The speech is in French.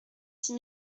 six